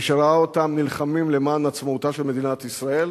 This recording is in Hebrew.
מי שראה אותם נלחמים למען עצמאותה של מדינת ישראל,